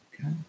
okay